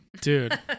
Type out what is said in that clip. Dude